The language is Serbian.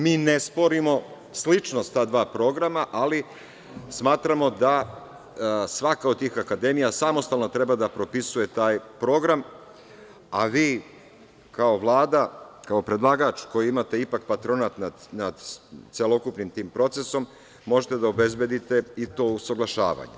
Mi ne sporimo sličnost ta dva programa, ali smatramo da svaka od tih akademija samostalno treba da propisuje taj program, a vi kao Vlada, kao predlagač, koji imate ipak patronat nad celokupnim tim procesom, možete da obezbedite i to usaglašavanje.